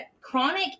chronic